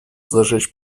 зажечь